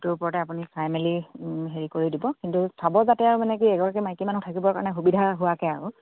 সেইটো ওপৰতে আপুনি চাই মেলি হেৰি কৰি দিব কিন্তু চাব যাতে আৰু মানে কি এগৰাকী মাইকী মানুহ থাকিবৰ কাৰণে সুবিধা হোৱাকে আৰু